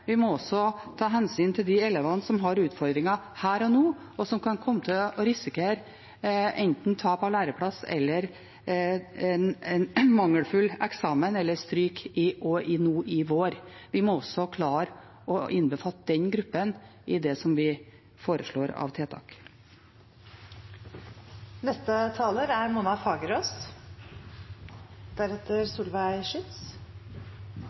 vi må også ta hensyn til de elevene som har utfordringer her og nå, og som kan komme til å risikere enten tap av læreplass eller en mangelfull eksamen eller stryk nå i vår. Vi må også klare å innbefatte den gruppen i det vi foreslår av tiltak. Både Barneombudet og en egen ekspertgruppe satt ned av regjeringen har uttrykt bekymring for at det er